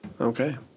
Okay